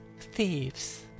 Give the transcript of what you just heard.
thieves